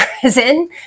prison